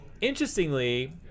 interestingly